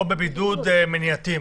או בבידוד מניעתי?